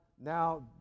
now